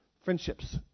Friendships